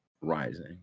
rising